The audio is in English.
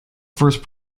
first